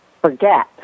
forget